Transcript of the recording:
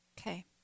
Okay